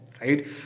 right